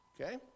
Okay